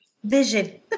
Vision